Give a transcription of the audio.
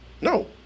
No